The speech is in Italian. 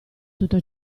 tutto